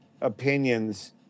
opinions